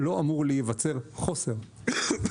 לא אמור להיווצר חוסר,